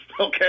okay